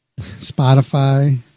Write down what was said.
Spotify